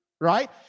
right